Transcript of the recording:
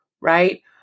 right